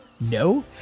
No